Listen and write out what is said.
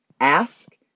ask